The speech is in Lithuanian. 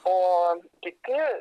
o kiti